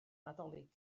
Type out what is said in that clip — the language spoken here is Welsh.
nadolig